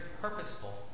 purposeful